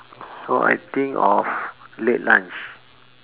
so I think of late lunch